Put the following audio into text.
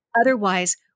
Otherwise